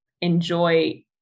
enjoy